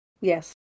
yes